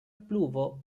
pluvo